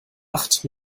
acht